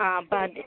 ആ അപ്പോൾ അത്